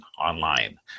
online